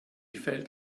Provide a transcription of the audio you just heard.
felt